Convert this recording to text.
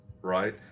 Right